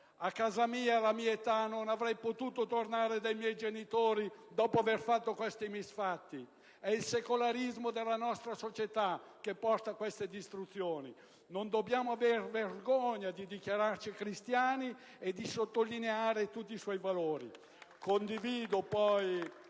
A casa mia, alla mia età, non avrei potuto tornare dai miei genitori dopo aver compiuto tali misfatti. È il secolarismo della nostra società che porta a queste distruzioni. Non dobbiamo aver vergogna di dichiararci cristiani e di sottolineare tutti i valori